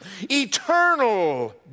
eternal